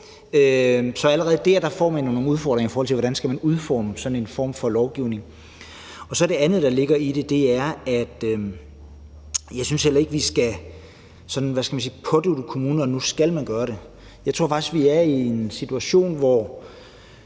Så allerede der får man nogle udfordringer, i forhold til hvordan man skal udforme sådan en lovgivning. Det andet, der ligger i det, er, at jeg heller ikke synes, at vi sådan – hvad skal man sige – skal pådutte kommunerne, at nu skal de gøre det. Jeg tror faktisk, at vi er i den situation, at